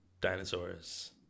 dinosaurs